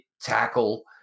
tackle